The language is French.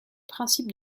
principe